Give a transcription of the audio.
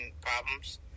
problems